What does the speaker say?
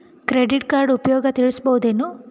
Credit card ಉಪಯೋಗ ತಿಳಸಬಹುದೇನು?